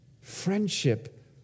Friendship